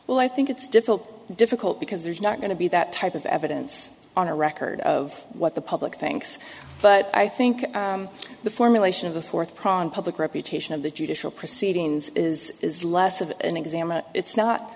well i think it's difficult difficult because there's not going to be that type of evidence on a record of what the public thinks but i think the formulation of the fourth pran public reputation of the judicial proceedings is is less of an exam it's not